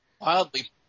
wildly